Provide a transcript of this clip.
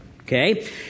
Okay